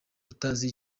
utazi